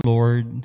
Lord